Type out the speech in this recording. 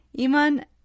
Iman